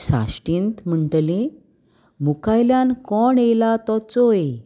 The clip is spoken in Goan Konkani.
साश्टींत म्हणटली मुखायल्यान कोण येयला तो चोय